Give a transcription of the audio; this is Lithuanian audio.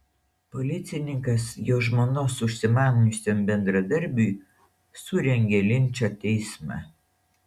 policininkas jo žmonos užsimaniusiam bendradarbiui surengė linčo teismą